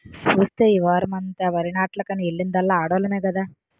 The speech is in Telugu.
సూస్తే ఈ వోరమంతా వరినాట్లకని ఎల్లిందల్లా ఆడోల్లమే కదా